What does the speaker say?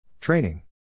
Training